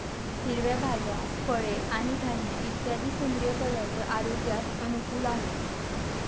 हिरव्या भाज्या, फळे आणि धान्य इत्यादी सेंद्रिय पदार्थ आरोग्यास अनुकूल आहेत